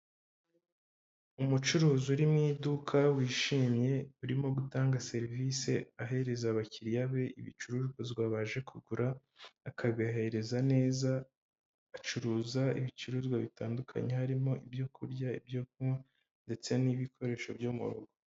Umucuruzi uri mu iduka wishimye urimo gutanga serivisi ahereza abakiriya be ibicuruzwa baje kugura akabihereza neza acuruza ibicuruzwa bitandukanye harimo ibyo kurya ibyo kunywa ndetse n'ibikoresho byo mu rugo.